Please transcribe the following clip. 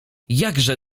jakże